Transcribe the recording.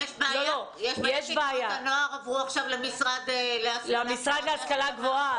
יש בעיה כי תנועות הנוער עברו עכשיו למשרד להשכלה גבוהה.